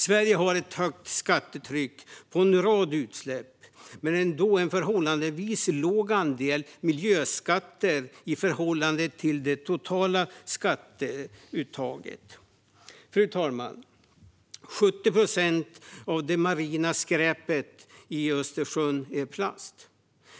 Sverige har ett högt skattetryck på en rad utsläpp men ändå en förhållandevis låg andel miljöskatter i förhållande till det totala skatteuttaget. Fru talman! 70 procent av det marina skräpet i Östersjön är plast.